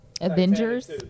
Avengers